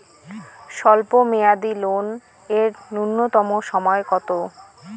স্বল্প মেয়াদী লোন এর নূন্যতম সময় কতো?